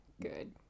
Good